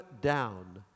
down